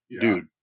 Dude